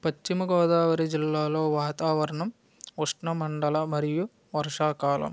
పశ్చిమ గోదావరి జిల్లాలో వాతావరణం ఉష్ణ మండల మరియు వర్షాకాలం